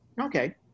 Okay